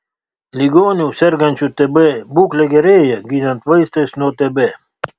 ligonių sergančių tb būklė gerėja gydant vaistais nuo tb